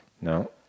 No